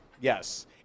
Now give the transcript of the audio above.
Yes